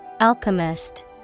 Alchemist